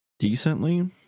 decently